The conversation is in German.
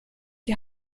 die